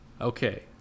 Okay